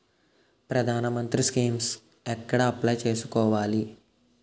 ప్రధాన మంత్రి స్కీమ్స్ ఎక్కడ అప్లయ్ చేసుకోవాలి?